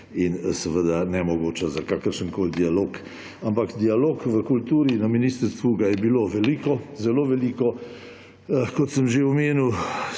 in nemogoča za kakršenkoli dialog, ampak dialoga v kulturi, na ministrstvu ga je bilo veliko, zelo veliko. Kot sem že omenil,